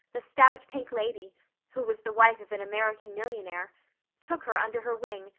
the stout, pink lady who was the wife of an american millionaire took her under her wing,